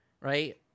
right